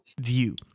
view